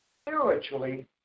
spiritually